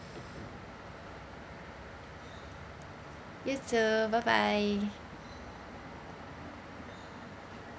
you too bye bye